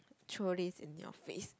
throw this in your face